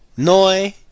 Noi